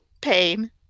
pain